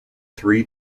three